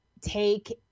take